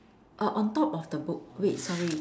orh on top of the book wait sorry